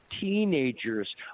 teenagers